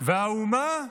והאומה התגייסה,